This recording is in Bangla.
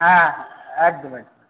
হ্যাঁ একদম একদম